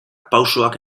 pausoak